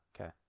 Okay